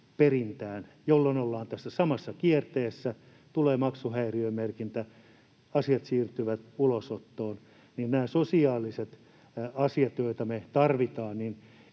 perintään, jolloin ollaan tässä samassa kierteessä: tulee maksuhäiriömerkintä, asiat siirtyvät ulosottoon. Näiden sosiaalisten asioiden kohdalla, joita me tarvitaan,